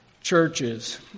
churches